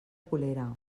colera